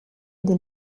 des